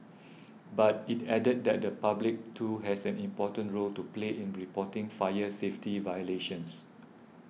but it added that the public too has an important role to play in reporting fire safety violations